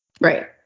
Right